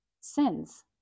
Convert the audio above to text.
sins